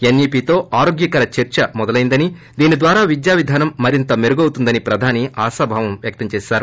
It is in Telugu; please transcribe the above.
ఎస్ఈపీతో ఆరోగ్యకర్ చర్స మొదలైందని దీనిద్వారా విద్యా విధానం మరింత మెరుగవుతుందని ప్రధాని ఆశాభావం వ్యక్తం చేశారు